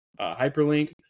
hyperlink